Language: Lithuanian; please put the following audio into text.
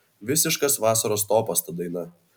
visiškas vasaros topas ta daina